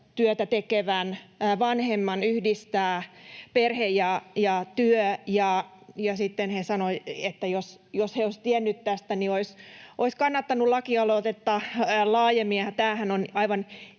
vuorotyötä tekevän vanhemman yhdistää perhe ja työ. He sanoivat, että jos he olisivat tienneet tästä, niin olisivat kannattaneet lakialoitetta laajemmin,